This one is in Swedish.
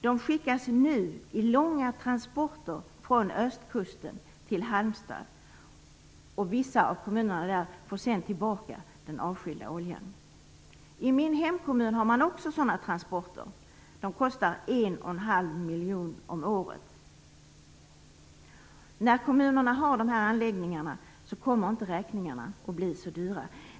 Det skickas nu under långa transporter från östkusten till Halmstad. Vissa av kommunerna får sedan tillbaka den avskilda oljan. Även i min hemkommun sker sådana transporter. De kostar 1,5 miljoner kronor om året. Med dessa anläggningar i kommunerna kommer inte räkningarna att bli så dyra.